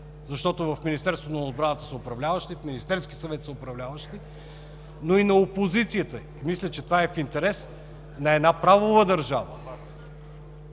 защото в Министерство на отбраната са управляващи, в Министерския съвет са управляващи, но и опозицията. Мисля, че това е в интерес на една правова държава.